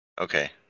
Okay